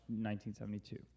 1972